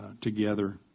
together